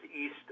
east